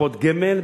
בקופות גמל,